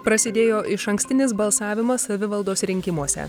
prasidėjo išankstinis balsavimas savivaldos rinkimuose